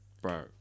bro